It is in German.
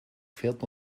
fährt